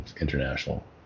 international